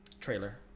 trailer